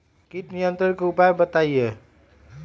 किट नियंत्रण के उपाय बतइयो?